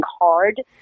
hard